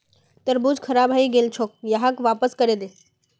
तरबूज खराब हइ गेल छोक, यहाक वापस करे दे